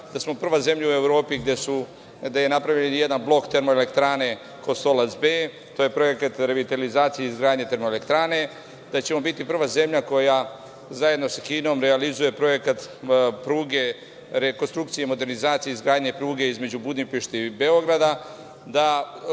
da smo prva zemlja u Evropi, gde je napravljen jedan blok termoelektrane Kostolac B, to je projekat revitalizacije izgradnje termoelektrane. Da ćemo biti prva zemlja koja zajedno sa Kinom realizuje projekat pruge rekonstrukcije, modernizacije, izgradnje pruge između Budimpešte i Beograda, da